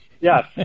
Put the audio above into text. Yes